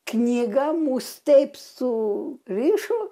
knyga mus taip su rišo